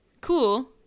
cool